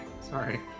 Sorry